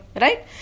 right